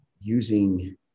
using